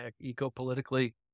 eco-politically